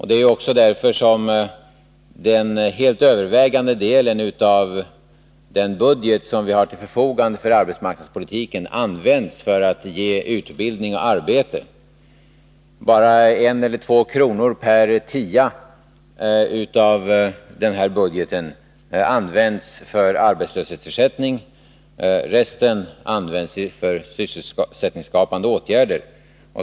Det är också därför som den helt övervägande delen av den budget som vi har till förfogande för arbetsmarknadspolitiken används för att ge utbildning och arbete. Bara en eller två kronor per tia av den här budgeten används för arbetslöshetsersättning. Resten används ju för sysselsättningsskapande åtgärder.